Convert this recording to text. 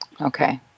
Okay